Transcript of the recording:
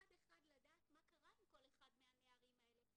אחד לדעת מה קרה עם כל אחד מהנערים האלה.